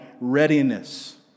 readiness